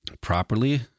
properly